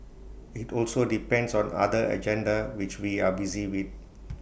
IT also depends on other agenda which we are busy with